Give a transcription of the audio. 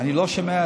אני לא שומע.